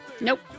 Nope